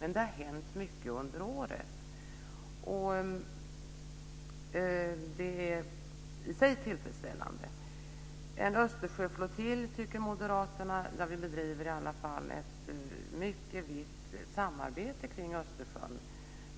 Men det har hänt mycket under året, och det är i sig tillfredsställande. Moderaterna tycker att det ska finnas en Östersjöflottilj. Vi bedriver i alla fall ett mycket brett samarbete kring Östersjön.